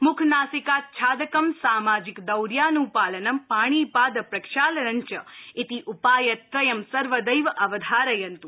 मुखनासिकाच्छादकं सामाजिकदौर्यानुपालनं पाणिपाद प्रक्षालनञ्च इति उपायत्रयं सर्वदैव अवधार्यन्तु